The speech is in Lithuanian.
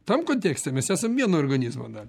tam kontekste mes esam vieno organizmo dalys